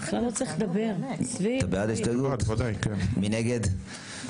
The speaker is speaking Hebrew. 2. מי נגד?